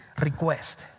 request